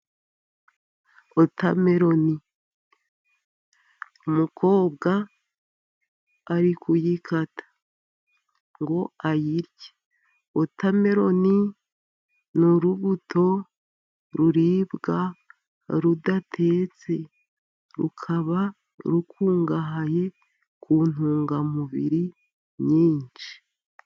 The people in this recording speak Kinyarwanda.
Wotameroni. Umukobwa arikuyikata ngo ayirye, wotameroni ni urubuto ruribwa rudatetse. Rukaba rukungahaye ku ntungamubiri nyinshi.